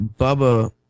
Bubba